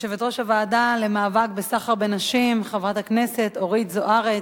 יושבת-ראש הוועדה למאבק בסחר בנשים חברת הכנסת אורית זוארץ,